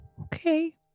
Okay